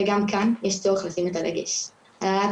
וגם כאן יש צורך לשים את הדגש על העלאת